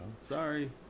sorry